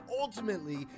ultimately